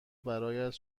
برایت